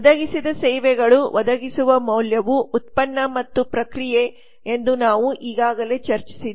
ಒದಗಿಸಿದ ಸೇವೆಗಳು ಒದಗಿಸುವ ಮೌಲ್ಯವು ಉತ್ಪನ್ನ ಮತ್ತು ಪ್ರಕ್ರಿಯೆ ಎಂದು ನಾವು ಈಗಾಗಲೇ ಚರ್ಚಿಸಿದ್ದೇವೆ